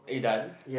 are you done